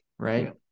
right